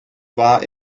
war